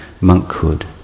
monkhood